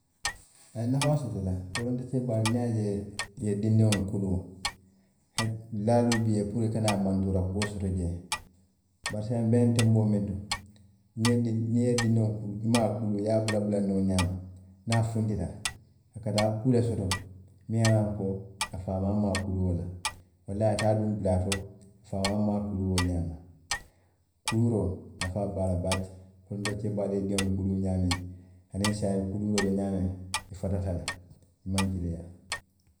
A ye nafaa soto le, folonto keebaalu niŋ i ye a je i ye dindiŋolu kuluu, ha dulaa le bi jee puru i kanaa mantoora kuo soto jee, bari saayiŋ n be ñiŋ tenboo miŋ to, niŋ i ye dindiŋo niŋ i ye dindiŋo kuluu i maŋ a kuluu i ye a bula bulanna wo ñaama, niŋ a funtita, a ka taa kuu le soto, miŋ ye a loŋ ko, a faamaa maŋ a kuluu wo la, walla a ye taa duŋ dulaa to, a faamaa maŋ a kuluu wo ñaama, kuluo nafaa be a la baake, folonto keebaalu ye i diŋolu kuluu ñaamiŋ aniŋ saayiŋ kuluuroo be ñaamiŋ, i fatata le, i maŋ kilinyaa